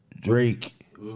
Drake